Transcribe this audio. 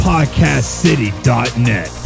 PodcastCity.net